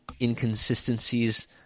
inconsistencies